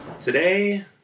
Today